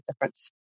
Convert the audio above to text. difference